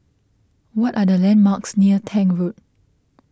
what are the landmarks near Tank Road